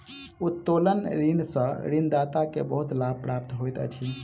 उत्तोलन ऋण सॅ ऋणदाता के बहुत लाभ प्राप्त होइत अछि